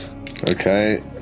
Okay